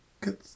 good